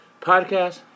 podcast